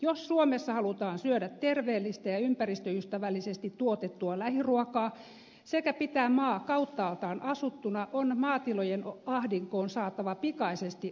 jos suomessa halutaan syödä terveellistä ja ympäristöystävällisesti tuotettua lähiruokaa sekä pitää maa kauttaaltaan asuttuna on maatilojen ahdinkoon saatava pikaisesti apua